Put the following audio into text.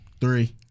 Three